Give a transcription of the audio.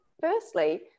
firstly